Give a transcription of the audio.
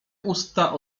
usta